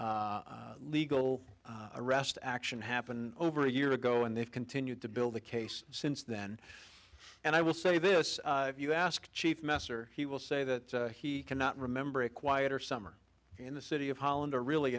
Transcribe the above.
legal arrest action happen over a year ago and they've continued to build the case since then and i will say this if you ask chief messer he will say that he cannot remember a quieter summer in the city of holland or really